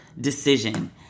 decision